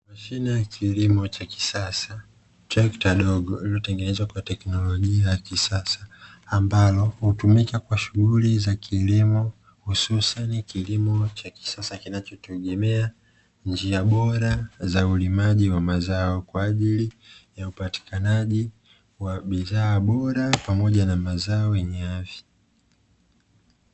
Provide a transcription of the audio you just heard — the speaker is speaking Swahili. Mashine ya kilimo cha kisasa trekta ndogo iliyotengenezwa kwa teknolojia ya kisasa ambalo hutumika kwa shughuli za kilimo, hususani kilimo cha kisasa kinachotegemea njia bora za ulimaji wa mazao. Kwa ajili ya upatikanaji wa bidhaa bora pamoja na mazao yenye afya.